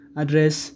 address